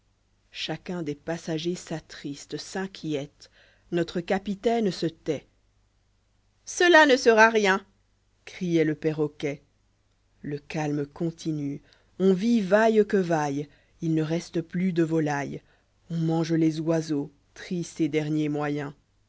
chacun des passagers s'attriste s'inquiète notre capitaine se tait cela ne sera rien crioit le perroquet le calme continue on vit vaille que vaille il ne reste plus de volaille on mange les oiseaux triste et dernier moyen